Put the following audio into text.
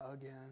again